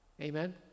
Amen